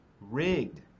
rigged